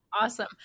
Awesome